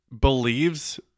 believes